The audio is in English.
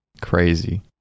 crazy